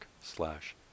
slash